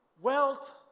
Wealth